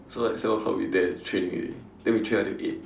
so like seven o clock we there training already then we train until eight